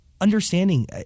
understanding